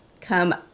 come